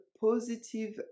positive